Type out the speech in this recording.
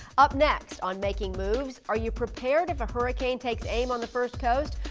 up next on making moves, are you prepared if a hurricane takes aim on the first coast?